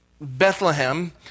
Bethlehem